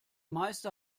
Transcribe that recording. meister